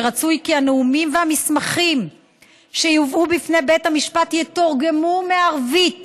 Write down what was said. ורצוי כי הנאומים והמסמכים שיובאו בפני בית המשפט יתורגמו מערבית